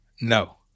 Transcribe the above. No